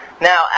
Now